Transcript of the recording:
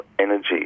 Energy